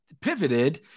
pivoted